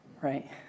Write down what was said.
right